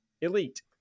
elite